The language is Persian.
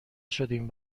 شدیم